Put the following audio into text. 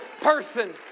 person